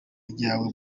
ryawe